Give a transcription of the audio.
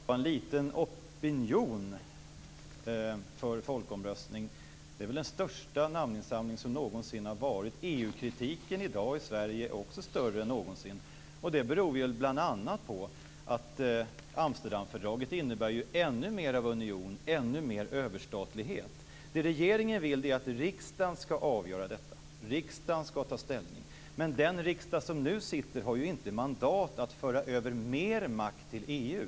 Fru talman! Det är ingen liten opinion för folkomröstning. Det är fråga om den största namninsamlingen någonsin. Också EU-kritiken är i dag större än någonsin i Sverige, och det beror bl.a. på att Amsterdamfördraget innebär ännu mer av union och ännu mer av överstatlighet. Det regeringen vill är att riksdagen skall ta ställning till detta, men den riksdag som sitter nu har inte mandat att föra över mer makt till EU.